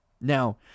Now